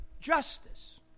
justice